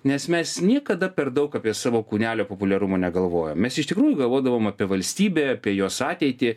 nes mes niekada per daug apie savo kūnelio populiarumo negalvojom mes iš tikrųjų galvodavom apie valstybę apie jos ateitį